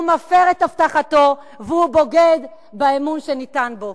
הוא מפר את הבטחתו והוא בוגד באמון שניתן בו.